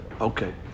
Okay